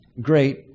great